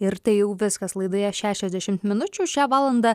ir tai jau viskas laidoje šešiasdešimt minučių šią valandą